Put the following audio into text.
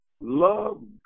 love